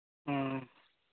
ᱦᱮᱸ